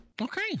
Okay